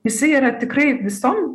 jisai yra tikrai visom